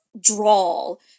drawl